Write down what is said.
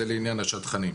זה לעניין השדכנים.